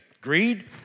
greed